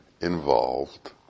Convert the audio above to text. involved